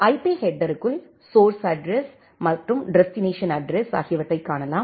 IP ஹெட்டருக்குள் source address மற்றும் destination address ஆகியவற்றைக் காணலாம்